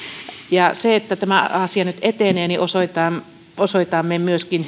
ja sillä että tämä asia nyt etenee osoitamme osoitamme myöskin